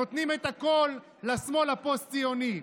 נותנים הכול לשמאל הפוסט-ציוני.